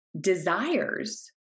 Desires